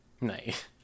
Nice